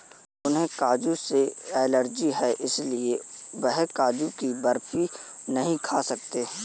उन्हें काजू से एलर्जी है इसलिए वह काजू की बर्फी नहीं खा सकते